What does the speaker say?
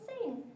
sing